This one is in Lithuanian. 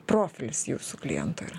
profilis jūsų kliento yra